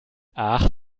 ach